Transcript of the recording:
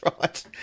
right